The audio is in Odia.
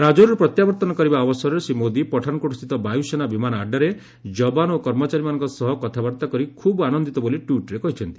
ରାଜୌରୀରୁ ପ୍ରତ୍ୟାବର୍ତ୍ତନ କରିବା ଅବସରରେ ଶ୍ରୀ ମୋଦି ପଠାନ୍କୋଟ୍ ସ୍ଥିତ ବାୟୁସେନା ବିମାନ ଆଡ୍ରାରେ ଯବାନ ଓ କର୍ମଚାରୀମାନଙ୍କ ସହ କଥାବାର୍ତ୍ତା କରି ଖୁବ୍ ଆନନ୍ଦିତ ବୋଲି ଟ୍ୱିଟ୍ରେ କହିଛନ୍ତି